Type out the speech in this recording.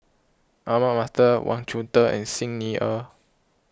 Ahmad Mattar Wang Chunde and Xi Ni Er